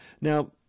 Now